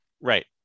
right